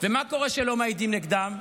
ומה קורה כשלא מעידים נגדם?